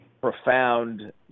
profound